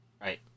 Right